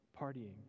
partying